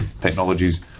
technologies